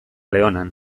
leonan